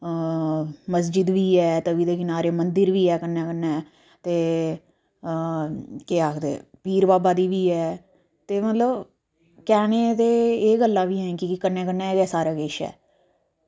मस्जिद बी ऐ त'वी दे किनारे मंदिर बी ऐ कन्नै कन्नै ते केह् आखदे पीर बाबा दी बी ऐ ते मतलब कहने ई ते एह् गल्ला बी हैन की कन्नै कन्नै गै सारा किश ऐ